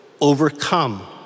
overcome